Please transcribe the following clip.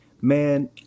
Man